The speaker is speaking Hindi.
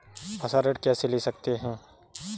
फसल ऋण कैसे ले सकते हैं?